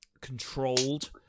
controlled